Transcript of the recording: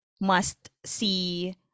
must-see